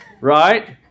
Right